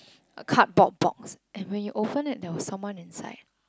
cardboard box and when you open it there was someone inside